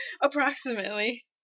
Approximately